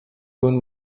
doen